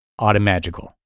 automagical